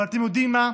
אבל אתם יודעים מה,